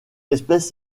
espèce